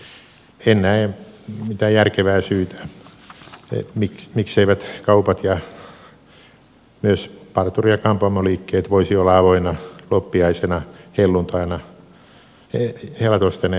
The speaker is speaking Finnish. en näe mitään järkevää syytä mikseivät kaupat ja myös parturi ja kampaamoliikkeet voisi olla avoinna loppiaisena helatorstaina ja helluntaina ilman poikkeuslupaa